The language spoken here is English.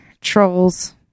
Trolls